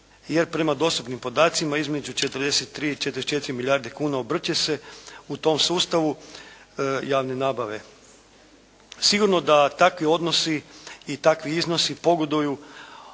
jer prema dostupnim podacima između 43 i 44 milijarde kuna obrće se u tom sustavu javne nabave. Sigurno da takvi odnosi i takvi iznosi pogoduju